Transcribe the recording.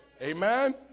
Amen